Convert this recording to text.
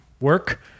work